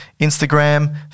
Instagram